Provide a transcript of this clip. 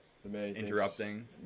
Interrupting